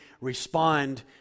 respond